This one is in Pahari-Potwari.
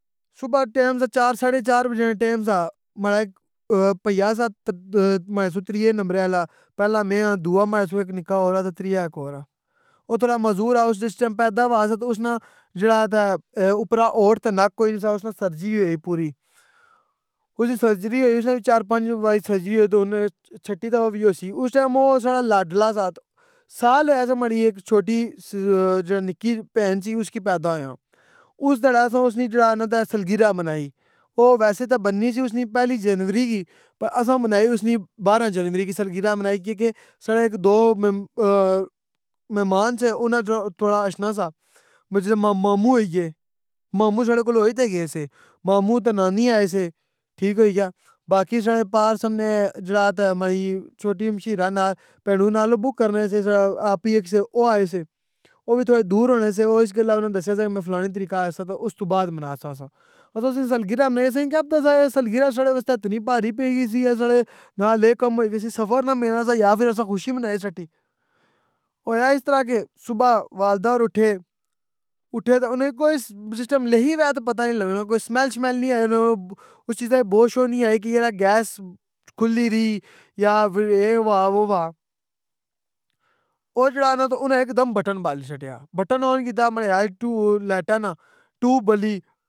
صبح ٹائم سا چار ساڑی چار بجے نا ٹیم سا۔ ماڑا ہیک پیا سا میسے ترے نمبر آلا، پہلا میں آں دواں ماڑے سو نکا ہور اے تریا ہیک ہور اے۔ او تھوڑا معزور اے او جس ٹائم پیدا ہویا سا تے اسنا جیڑا تے اے اپر ہور تے نک کوئی نا سا اسنا تے اسدی سرجری ہوئی پوری، اس نی سرجری ہوئی اس نی وی چار پنجھ واری سرجری ہوئی، ہن چھٹی دفعہ وی ہوسی۔ اس ٹائم او ساڑا لاڈلہ سا، سال ہویا سا تے او ماڑی چھوٹی جیڑی نکی پین سی اس کی پیدا ہویاں۔ اس تہڑے نا اسساں جیڑا اس نی سالگرہ منائی۔ او ویسے تے بننی سی اسنی پہلی جنوری کی، پر اسساں بنائی اسنی بارہ جنوری کی کیاں کے ساڑے دو مم آں مہمان سے اننا جیڑا اچھنا سا۔ جیڑے ماموں ہوئی گئے، ماموں ساڑے کوکوں ہوئے تے گئے سے، ماموں تے نانی آیے سے ٹھیک ہوئی یا؟ باقی سا ڑے پاس سامنے جیڑا تا ماڑی چھوٹی ہمشیرہ پہنوں نال بوؤں کرنے سے آپی ہیک سے تے او آئے سے، او وی تھوڑا دور ہونے سے تے اس گلا اننا دسیا سا کہ میں فلانی طریقہ آیا سا تے استو بعد مناس آ ساں۔ اسساں اسدی سالگرہ منا نئی سی تہ اسساں کے پتہ سا کی اے سالگرہ اسساں کی اتنی پہاری پئی گئی سی، اساڑے نال اے کم ہوئی گیسی، سفر نا مہینہ سا یا فیراسساں خوشی منائی سٹی۔ ہویا اس طرح کہ کے صبح والدہ ہور اٹھے، اٹھے تے اننا کی، جس ویلے لکھی ہوئے کوئی پتہ نی لگنا، اننا کی سمیل شمیل نی آئی اس چیزا نی بو شو نی آئی کہ ہیرا گیس کھلی نی، اے ہوا او ہوا۔ اننا جیڑا نا ہیک دم بٹن بالی سٹیا۔ بٹن اون کیتا ماڑے خیال تو لایٹاں نال، ٹیوب بلی۔